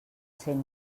cent